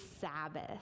Sabbath